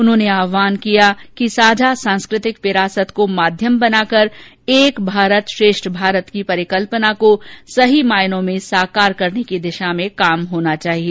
उन्होंने आह्वान किया है कि साझा सांस्कृतिक विरासत को माध्यम बनाकर एक भारत श्रेष्ठ भारत की परिकल्पना को सही मायनों में साकार करने की दिशा में कार्य किया जाना चाहिए